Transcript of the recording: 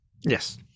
Yes